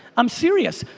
i'm serious.